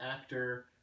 actor